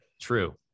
True